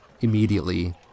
immediately